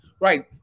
Right